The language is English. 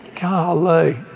golly